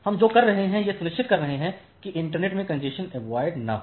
हम जो कर रहे हैं यह सुनिश्चित कर रहे हैं कि इंटरनेट में कॅन्जेशन अवॉयड न हो